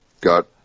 got